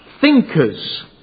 thinkers